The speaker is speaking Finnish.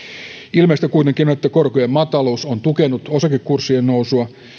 ilmeistä kuitenkin on että korkojen mataluus on tukenut osakekurssien nousua